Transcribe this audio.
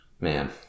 Man